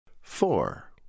Four